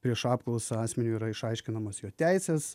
prieš apklausą asmeniui yra išaiškinamos jo teises